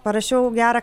parašiau gerą